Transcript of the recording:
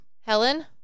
Helen